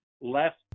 left